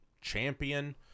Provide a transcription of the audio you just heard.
champion